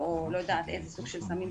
אני לא יודעת איזה סוג של סמים,